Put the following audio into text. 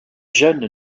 jeunes